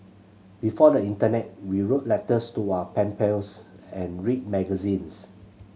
before the internet we wrote letters to our pen pals and read magazines